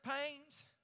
pains